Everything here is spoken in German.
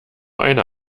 eine